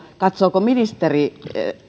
katsooko ministeri